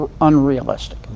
unrealistic